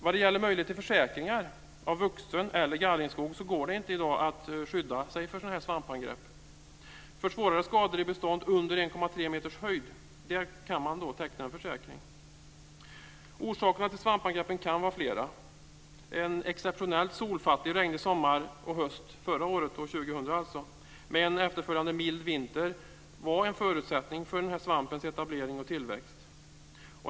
Vad det gäller möjlighet till försäkringar av vuxen skog eller gallringsskog går det inte i dag att skydda sig för sådana svampangrepp. För svårare skador i bestånd under 1,3 meters höjd kan man teckna försäkring. Orsakerna till svampangreppen kan vara flera. En exceptionellt solfattig och regnig sommar och höst förra året, år 2000, med en efterföljande mild vinter var en förutsättning för denna svamps etablering och tillväxt.